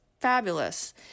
Fabulous